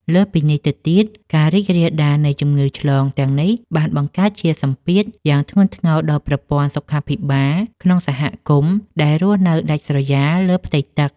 លើសពីនេះទៅទៀត ការរីករាលដាលនៃជំងឺឆ្លងទាំងនេះបានបង្កើតជាសម្ពាធយ៉ាងធ្ងន់ធ្ងរដល់ប្រព័ន្ធសុខាភិបាលក្នុងសហគមន៍ដែលរស់នៅដាច់ស្រយាលលើផ្ទៃទឹក។